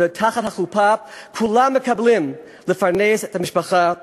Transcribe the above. ותחת החופה כולם מקבלים על עצמם לפרנס את המשפחה בכבוד.